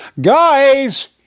Guys